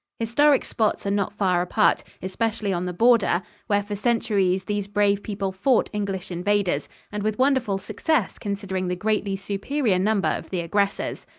historic spots are not far apart, especially on the border, where for centuries these brave people fought english invaders and with wonderful success, considering the greatly superior number of the aggressors.